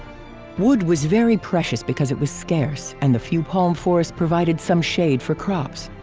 wood was very precious because it was scarce and the few palm forests provided some shade for crops.